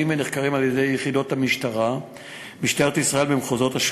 ונחקרים על-ידי יחידות משטרת ישראל במחוזות.